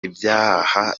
ibyaha